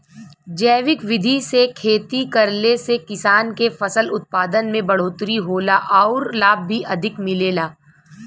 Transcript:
जैविक विधि से खेती करले से किसान के फसल उत्पादन में बढ़ोतरी होला आउर लाभ भी अधिक मिलेला